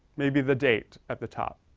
maybe the date at the top.